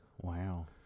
wow